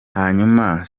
hanyuma